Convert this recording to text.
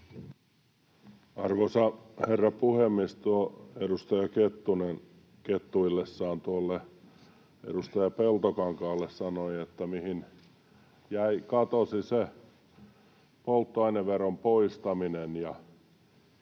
Arvoisa herra puhemies! Tuo edustaja Kettunen kettuillessaan tuolle edustaja Peltokankaalle sanoi, että mihin katosi se polttoaineveron poistaminen.